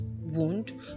wound